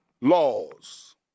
laws